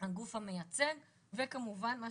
וכמובן מה